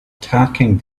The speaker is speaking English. attacking